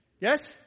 Yes